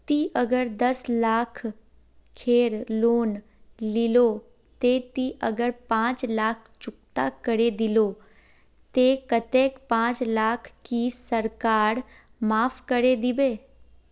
ती अगर दस लाख खेर लोन लिलो ते ती अगर पाँच लाख चुकता करे दिलो ते कतेक पाँच लाख की सरकार माप करे दिबे?